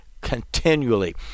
continually